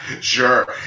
Sure